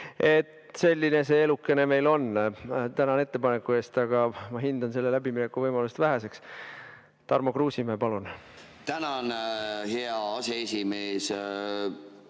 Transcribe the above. Selline see eluke meil on. Tänan ettepaneku eest, aga ma hindan selle läbimineku võimalust väheseks. Tarmo Kruusimäe, palun! Ma hinges